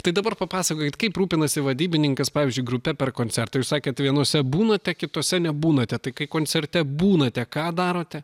tai dabar papasakokit kaip rūpinasi vadybininkas pavyzdžiui grupe per koncertą jūs sakėt vienuose būnate kituose nebūnate tai kai koncerte būnate ką darote